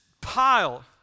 pile